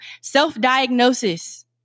self-diagnosis